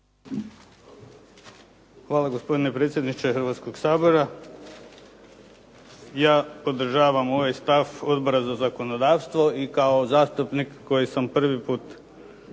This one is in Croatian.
Hvala gospodine predsjedniče Hrvatskog sabora. Ja podržavam ovaj stav Odbora za zakonodavstvo i kao zastupnik koji sam prvi put